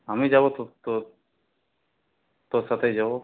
আমি যাবো তোর সাথেই যাবো